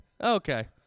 Okay